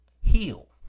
heal